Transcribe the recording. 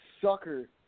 sucker